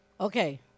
Okay